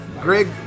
Greg